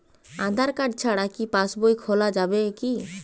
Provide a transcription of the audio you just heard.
আধার card ছাড়া কি পাসবই খোলা যাবে কি?